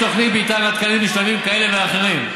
יש תוכנית מתאר עדכנית בשלבים כאלה ואחרים.